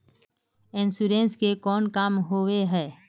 Insurance के कोन काम होय है?